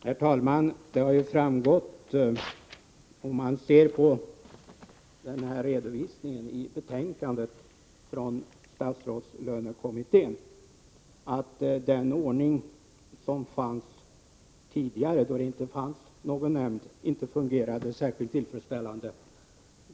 Herr talman! Om man ser på den här redovisningen i betänkandet från statsrådslönekommittén framgår det att den ordning som rådde tidigare, då det inte fanns någon nämnd, inte fungerade särskilt tillfredsställande.